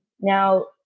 Now